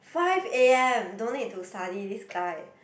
five a_m don't need to study this guy